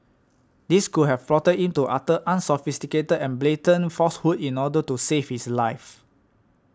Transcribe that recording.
this could have prompted him to utter unsophisticated and blatant falsehoods in order to save his life